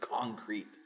concrete